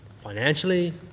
financially